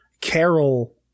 Carol